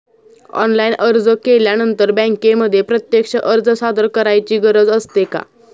Online अर्ज केल्यानंतर बँकेमध्ये प्रत्यक्ष अर्ज सादर करायची गरज असते का?